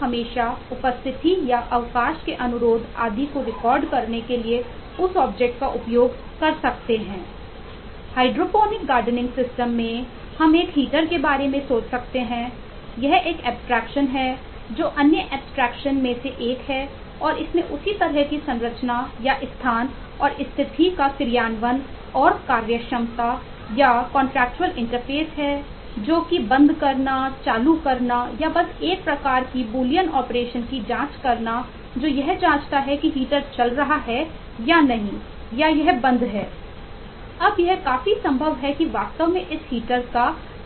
hydroponic gardening system का